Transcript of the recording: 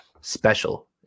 special